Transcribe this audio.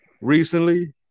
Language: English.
recently